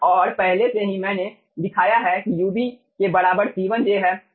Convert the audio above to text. और पहले से ही मैंने दिखाया है कि ub के बराबर C1j है